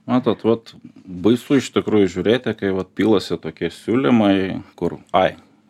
matote vat baisu iš tikrųjų žiūrėti kai vat pilasi tokie siūlymai kur ai